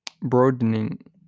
broadening